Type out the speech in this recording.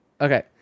Okay